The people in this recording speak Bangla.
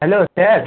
hello sir